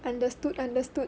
understood understood